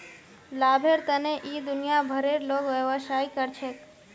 लाभेर तने इ दुनिया भरेर लोग व्यवसाय कर छेक